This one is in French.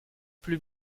plus